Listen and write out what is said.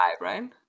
right